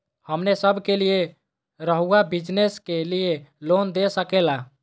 हमने सब के लिए रहुआ बिजनेस के लिए लोन दे सके ला?